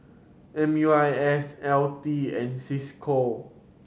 M U I S L T and Cisco